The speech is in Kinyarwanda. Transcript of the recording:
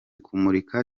kumurika